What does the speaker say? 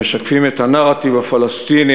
המשקפים את הנרטיב הפלסטיני,